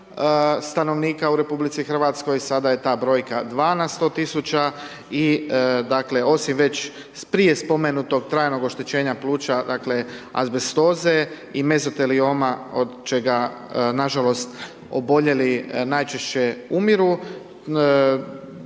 stanovnika u RH sada je ta brojka 2 na 100 tisuća i dakle osim već prije spomenutog trajnog oštećenja pluća, dakle azbestoze i mezotelijoma od čega na žalost oboljeli najčešće umiru